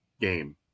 game